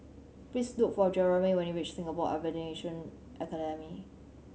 please look for Jeramie when you reach Singapore Aviation Academy